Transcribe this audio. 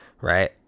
right